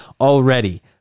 already